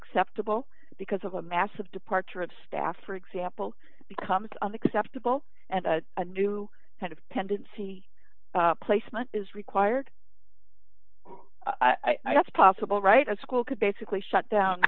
acceptable because of a massive departure of staff for example becomes acceptable and a new kind of pendency placement is required i guess possible right a school could basically shut down